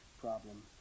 problem